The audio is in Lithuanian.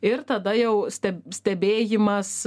ir tada jau ste stebėjimas